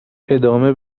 ادامه